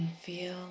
feel